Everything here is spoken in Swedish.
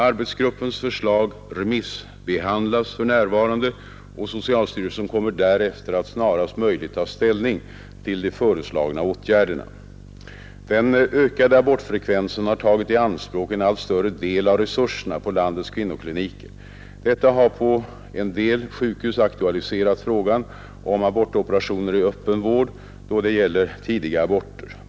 Arbetsgruppens förslag remissbehandlas för närvarande och socialstyrelsen kommer att snarast möjligt ta ställning till de föreslagna åtgärderna. Den ökade abortfrekvensen har tagit i anspråk en allt större del av resurserna på landets kvinnokliniker. Detta har på en del sjukhus aktualiserat frågan om abortoperationer i öppen vård då det gäller tidiga aborter.